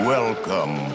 Welcome